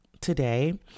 today